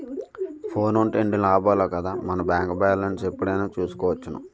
ఫోనుంటే ఎన్ని లాభాలో కదా మన బేంకు బాలెస్ను ఎప్పుడైనా చూసుకోవచ్చును